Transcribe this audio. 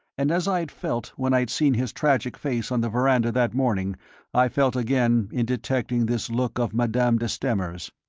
and as i had felt when i had seen his tragic face on the veranda that morning i felt again in detecting this look of madame de stamer's.